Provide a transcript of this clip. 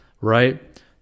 right